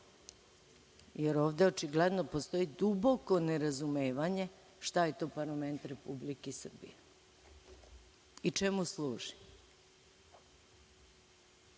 jer ovde očigledno postoji duboko nerazumevanje šta je to parlament Republike Srbije i čemu služi